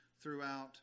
throughout